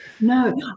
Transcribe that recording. no